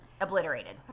obliterated